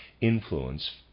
influence